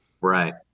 Right